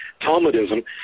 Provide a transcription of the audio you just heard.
Talmudism